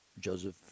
Joseph